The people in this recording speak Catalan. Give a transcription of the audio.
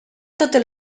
totes